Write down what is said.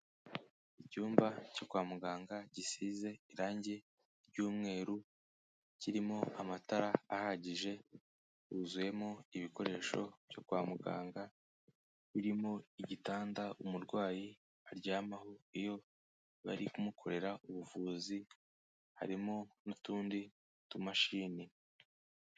Icyumba cyo kwa muganga gisize irangi ry'umweru, kirimo amatara ahagije huzuyemo ibikoresho byo kwa muganga, birimo igitanda umurwayi aryamaho iyo bari kumukorera ubuvuzi, harimo n'utundi tumashini.